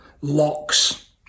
locks